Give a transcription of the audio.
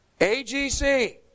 AGC